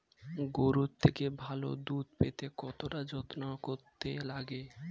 গরুর থেকে ভালো দুধ পেতে কতটা যত্ন করতে লাগে